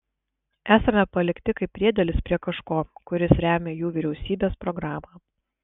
esame palikti kaip priedėlis prie kažko kuris remią jų vyriausybės programą